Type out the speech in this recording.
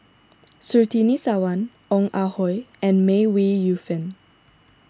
Surtini Sarwan Ong Ah Hoi and May Ooi Yu Fen